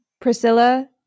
Priscilla